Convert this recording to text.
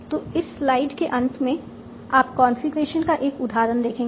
तो इस स्लाइड के अंत में आप कॉन्फ़िगरेशन का एक उदाहरण देखेंगे